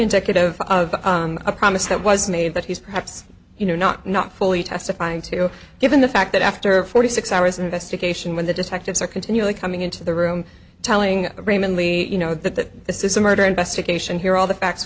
decade of of a promise that was made that he's perhaps you know not not fully testifying to given the fact that after forty six hours investigation when the detectives are continually coming into the room telling raymond lee you know that this is a murder investigation here all the facts